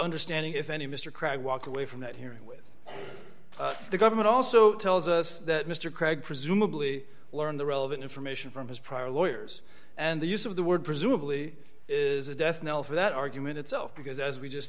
understanding if any mr cragg walked away from that hearing with the government also tells us that mr craig presumably learned the relevant information from his prior lawyers and the use of the word presumably is a death knell for that argument itself because as we just